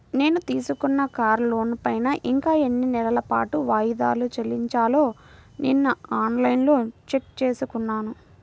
నేను తీసుకున్న కారు లోనుపైన ఇంకా ఎన్ని నెలల పాటు వాయిదాలు చెల్లించాలో నిన్నఆన్ లైన్లో చెక్ చేసుకున్నాను